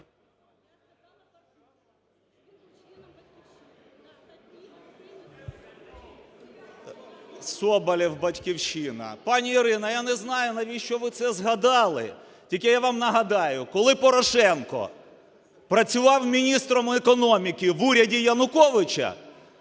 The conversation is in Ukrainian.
Соболєв, "Батьківщина". Пані Ірина, я не знаю, навіщо ви це згадали, тільки я вам нагадаю, коли Порошенко працював міністром економіки в уряді Януковича...